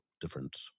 different